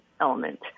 element